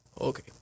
Okay